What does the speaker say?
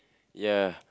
ya